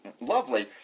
lovely